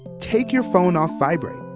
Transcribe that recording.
take your phone off vibrate,